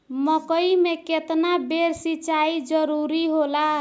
मकई मे केतना बेर सीचाई जरूरी होला?